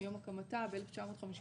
מיום הקמתה ב-1953.